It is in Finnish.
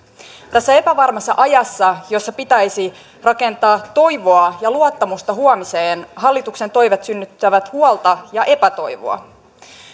tässä epävarmassa ajassa jossa pitäisi rakentaa toivoa ja luottamusta huomiseen hallituksen toimet synnyttävät huolta ja epätoivoa